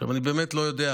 אני באמת לא יודע,